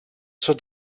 zur